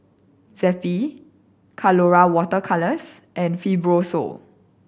Zappy Colora Water Colours and Fibrosol